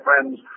friends